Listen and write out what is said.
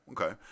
okay